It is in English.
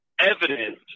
evidence